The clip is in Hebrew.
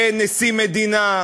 ונשיא מדינה,